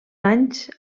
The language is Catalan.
anys